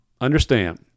understand